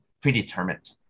predetermined